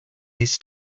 his